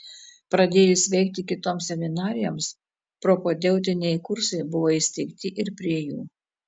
pradėjus veikti kitoms seminarijoms propedeutiniai kursai buvo įsteigti ir prie jų